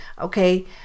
okay